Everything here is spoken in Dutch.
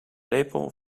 lepel